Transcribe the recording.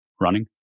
running